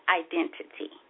identity